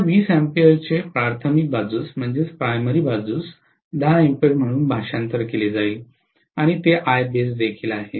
या 20 A चे प्राथमिक बाजूस 10 A म्हणून भाषांतर केले जाईल आणि ते Ibase देखील आहे